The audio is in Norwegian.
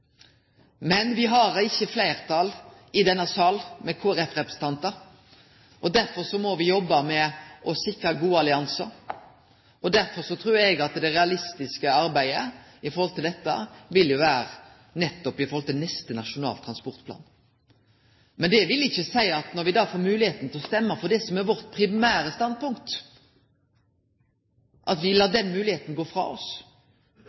Men me har ikkje eit fleirtal av Kristeleg Folkeparti-representantar i denne salen. Derfor må me jobbe med å sikre gode alliansar. Derfor trur eg at det realistiske arbeidet med dette vil vere nettopp knytt til neste Nasjonal transportplan. Men det vil ikkje seie at me når me da får moglegheita til å stemme for det som er det primære standpunktet vårt, lèt den moglegheita gå frå oss.